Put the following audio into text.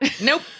Nope